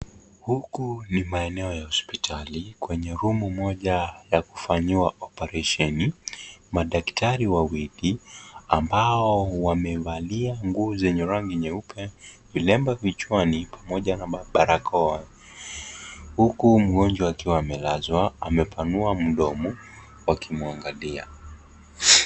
Huku ni maeneo ya hospitali kwenye room moja ya kufanyiwa operesheni. Madaktari wawili ambao wamevalia nguo zenye rangi nyeupe, vilemba vichwani pamoja na mabarakoa. Huku mgonjwa akiwa amelazwa, amepanua mdomo wakimwangalia.